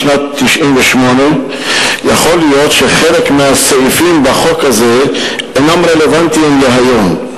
משנת 1998. יכול להיות שחלק מהסעיפים בחוק הזה אינם רלוונטיים היום,